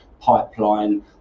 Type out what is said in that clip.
pipeline